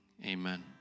Amen